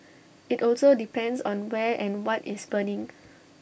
IT also depends on where and what is burning